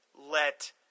let –